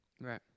Right